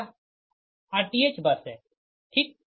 यह rth बस है ठीक है